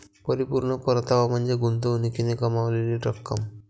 परिपूर्ण परतावा म्हणजे गुंतवणुकीने कमावलेली रक्कम